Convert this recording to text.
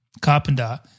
Carpenter